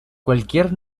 cualquier